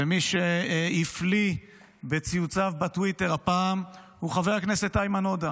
ומי שהפליא בציוציו בטוויטר הפעם הוא חבר הכנסת איימן עודה,